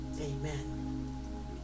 Amen